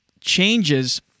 changes